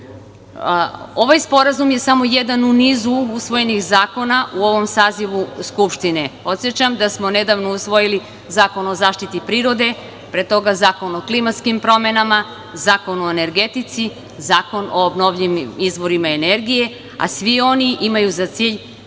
sporazum je samo jedan u nizu usvojenih zakona u ovom sazivu Skupštine. Podsećam da smo nedavno usvojili Zakon o zaštiti prirode, pre toga Zakon o klimatskim promenama, Zakon o energetici, Zakon o obnovljivim izvorima energije, a svi oni imaju za cilj